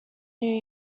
new